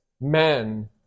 men